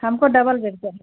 हमको double bed चाहिए